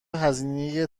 هزینه